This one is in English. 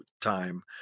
time